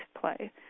play